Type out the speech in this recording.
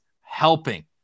helping